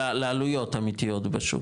לעלויות האמתיות בשוק?